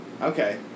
Okay